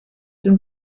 den